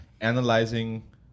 analyzing